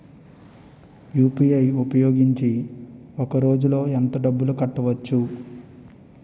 UPI ఉపయోగించి ఒక రోజులో ఎంత డబ్బులు కట్టవచ్చు?